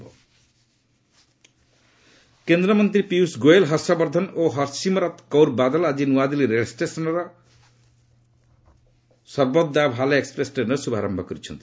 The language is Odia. ସର୍ବତ୍ ଦା ଭାଲା କେନ୍ଦ୍ରମନ୍ତ୍ରୀ ପୀୟୁଷ ଗୋୟଲ୍ ହର୍ଷବର୍ଦ୍ଧନ ଓ ହରସିମରତ କୌର ବାଦଲ ଆଜି ନୂଆଦିଲ୍ଲୀ ରେଳ ଷ୍ଟେସନ୍ରୁ ସର୍ବତ୍ ଦା ଭାଲା ଏକ୍ୱପ୍ରେସ୍ ଟ୍ରେନ୍ର ଶୁଭାରମ୍ଭ କରିଛନ୍ତି